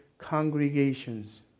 congregations